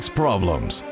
problems